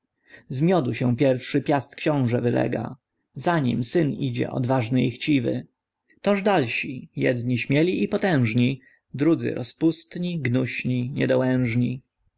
z miodu się pierwszy piast xiążę wylega za nim syn idzie odważny i chciwy toż dalsi jedni śmieli i potężni drudzy rozpustni gnuśni niedołężni